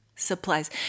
Supplies